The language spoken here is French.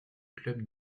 club